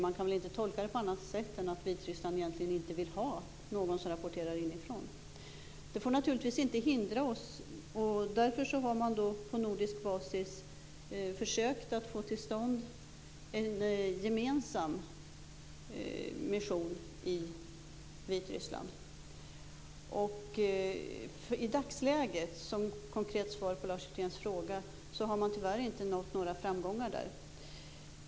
Man kan inte tolka det på annat sätt än att Vitryssland inte vill ha någon som rapporterar inifrån. Detta får naturligtvis inte hindra oss. Därför har man på nordisk basis försökt att få till stånd en gemensam mission i Vitryssland. I dagsläget kan jag som konkret svar på Lars Hjerténs fråga säga att man tyvärr inte har nått några framgångar.